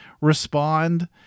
respond